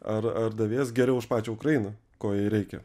ar ar davėjas geriau už pačią ukrainą ko jai reikia